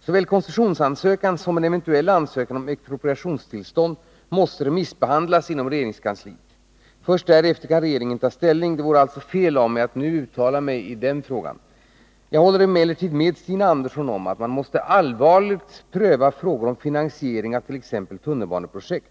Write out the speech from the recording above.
Såväl koncessionsansökan som en eventuell ansökan om expropriationstillstånd måste remissbehandlas inom regeringskansliet. Först därefter kan regeringen ta ställning. Det vore alltså fel av mig att nu uttala mig. Jag håller emellertid med Stina Andersson om att man allvarligt måste pröva frågor om finansiering av t.ex. tunnelbaneprojekt.